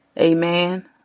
Amen